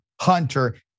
Hunter